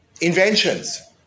inventions